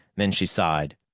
then she sighed.